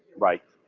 right.